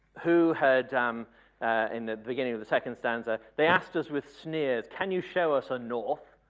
who had um in the beginning of the second stanza, they asked us with sneers, can you show us a north?